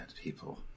people